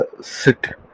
sit